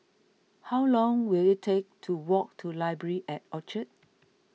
how long will it take to walk to Library at Orchard